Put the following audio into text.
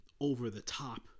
over-the-top